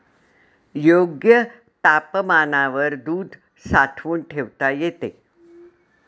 योग्य तापमानावर दूध साठवून ठेवता येते